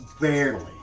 Barely